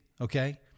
Okay